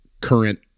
current